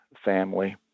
family